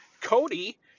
Cody